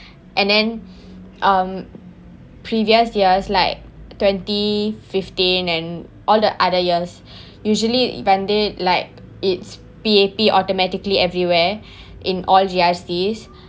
and then um previous years like twenty fifteen and all the other years usually வந்து:vanthu like it's P_A_P automatically everywhere in all G_R_C